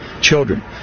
children